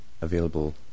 available